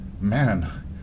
man